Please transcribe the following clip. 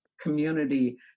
community